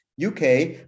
UK